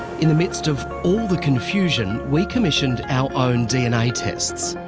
in the midst of all the confusion, we commissioned our own dna tests.